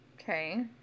Okay